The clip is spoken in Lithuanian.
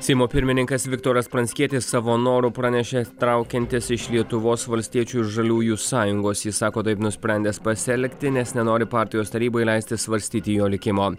seimo pirmininkas viktoras pranckietis savo noru pranešė traukiantis iš lietuvos valstiečių žaliųjų sąjungos jis sako taip nusprendęs pasielgti nes nenori partijos tarybai leisti svarstyti jo likimo